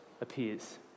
appears